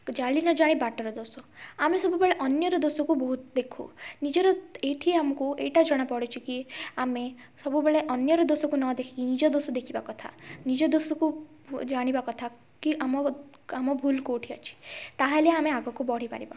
ଚାଲି ନଜାଣି ବାଟର ଦୋଷ ଆମେ ସବୁବେଳେ ଅନ୍ୟର ଦୋଷକୁ ବହୁତ ଦେଖୁ ନିଜର ଏଇଠି ଆମକୁ ଏଇଟା ଜଣା ପଡ଼ୁଛି କି ଆମେ ସବୁବେଳେ ଅନ୍ୟର ଦୋଷକୁ ନ ଦେଖିକି ନିଜ ଦୋଷ ଦେଖିବା କଥା ନିଜ ଦୋଷକୁ ଜାଣିବା କଥା କି ଆମ ଭୁଲ୍ କେଉଁଠି ଅଛି ତାହାହେଲେ ଆମେ ଆଗକୁ ବଢ଼ିପାରିବା